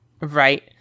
Right